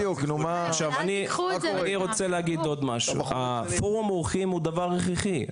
אני רוצה להגיד עוד משהו: פורום עורכים הוא דבר הכרחי.